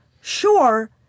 sure